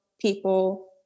people